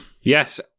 Yes